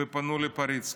ופנו לפריצקי.